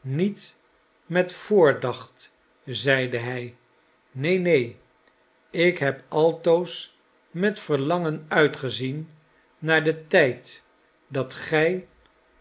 niet met voordacht zeide hij neen neen ik heb altoos met verlangen uitgezien naar den tijd dat gij